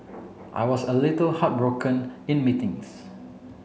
I was a little heartbroken in meetings